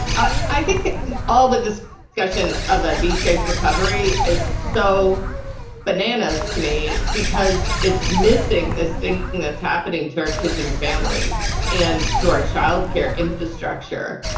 i think all the discussion of a v shaped recovery is so bananas to me because it's missing this thing that's happening to our kids and families and to our child care infrastructure.